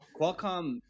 Qualcomm